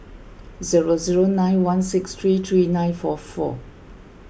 zero zero nine one six three three nine four four